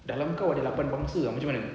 dalam kau ada lapan bangsa macam mana